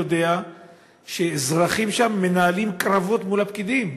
יודע שאזרחים שם מנהלים קרבות מול הפקידים.